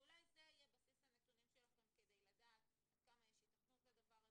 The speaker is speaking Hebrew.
ואולי זה יהיה בסיס הנתונים שלכם כדי לדעת עד כמה יש היתכנות לדבר הזה,